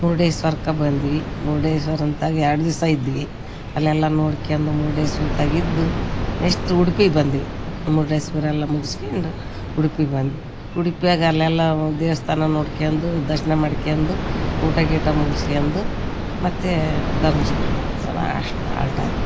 ಮುರುಡೇಶ್ವರಕ್ಕ ಬಂದ್ವಿ ಮುರುಡೇಶ್ವರಂತಾಗೆ ಎರಡು ದಿಸ ಇದ್ವಿ ಅಲ್ಲೆಲ್ಲ ನೋಡ್ಕೊಂಡು ಮುರ್ಡೇಶ್ವರಂತಾಗ್ ಇದ್ದು ನೆಸ್ಟ್ ಉಡುಪಿಗ್ ಬಂದ್ವಿ ಮುರ್ಡೇಶ್ವರೆಲ್ಲ ಮುಗಿಸ್ಕೊಂಡ್ ಉಡುಪಿಗ್ ಬಂದ್ವಿ ಉಡುಪಿಯಾಗ್ ಅಲ್ಲೆಲ್ಲ ದೇವಸ್ಥಾನ ನೋಡ್ಕೊಂಡು ದರ್ಶ್ನ ಮಾಡ್ಕೊಂಡು ಊಟ ಗೀಟ ಮುಗುಸ್ಕೊಂಡು ಮತ್ತು ಧರ್ಮಸ್ಥಳ ಅಷ್ಟು ಆಲ್ಟ್ ಆದ್ವಿ